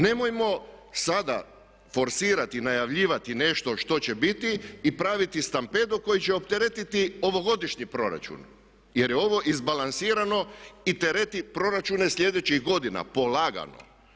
Nemojmo sada forsirati i najavljivati nešto što će biti i praviti stampedo koji će opteretiti ovogodišnji proračun jer je ovo izbalansirano i tereti proračune sljedećih godina polagano.